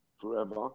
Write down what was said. forever